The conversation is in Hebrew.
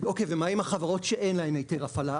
ואז יבוא אדוני וישאל מה עם החברות שאין להן היתר הפעלה?